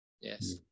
yes